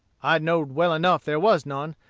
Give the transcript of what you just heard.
i know'd well enough there was none,